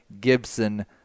Gibson